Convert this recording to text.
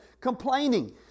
complaining